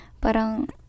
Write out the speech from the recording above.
parang